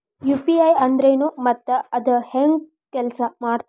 UPI ಅಂದ್ರೆನು ಮತ್ತ ಅದ ಹೆಂಗ ಕೆಲ್ಸ ಮಾಡ್ತದ